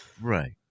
right